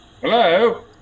Hello